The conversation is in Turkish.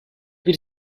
bir